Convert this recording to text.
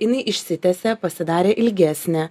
jinai išsitęsė pasidarė ilgesnė